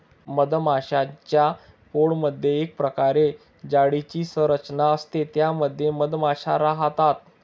मधमाश्यांच्या पोळमधे एक प्रकारे जाळीची संरचना असते त्या मध्ये मधमाशा राहतात